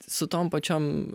su tom pačiom